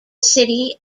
city